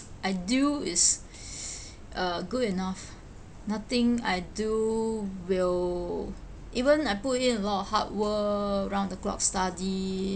I do is uh good enough nothing I do will even I put in a lot of hard work round the clock study